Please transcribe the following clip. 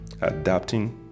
adapting